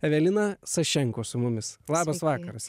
evelina sašenko su mumis labas vakaras